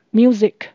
music